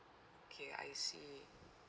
okay I see